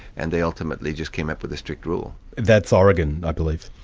and they ultimately just came up with a strict rule. that's oregon, i believe?